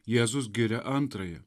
jėzus giria antrąją